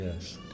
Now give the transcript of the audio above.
yes